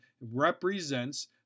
represents